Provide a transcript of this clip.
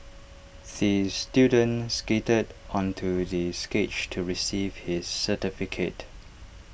the student skated onto the stage to receive his certificate